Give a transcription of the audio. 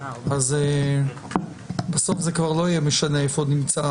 אז בסוף זה כבר לא יהיה משנה איפה נמצאת